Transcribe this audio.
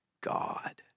God